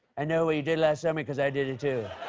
i know what you did last summer because i did it, too.